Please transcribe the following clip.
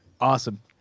Awesome